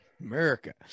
America